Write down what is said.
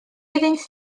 iddynt